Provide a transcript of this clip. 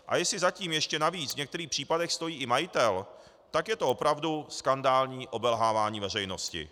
A jestli za tím ještě navíc v některých případech stojí i majitel, tak je to opravdu skandální obelhávání veřejnosti.